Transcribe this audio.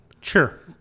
Sure